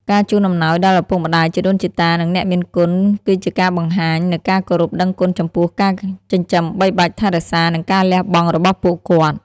ការជូនអំណោយដល់ឪពុកម្តាយ ជីដូនជីតា និងអ្នកមានគុណគឺជាការបង្ហាញនូវការគោរពដឹងគុណចំពោះការចិញ្ចឹមបីបាច់ថែរក្សា និងការលះបង់របស់ពួកគាត់។